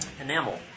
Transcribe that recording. Enamel